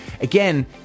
again